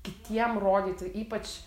kitiem rodyti ypač